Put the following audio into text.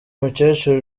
mukecuru